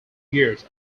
years